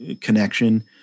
connection